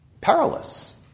perilous